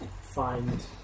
find